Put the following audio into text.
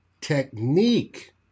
technique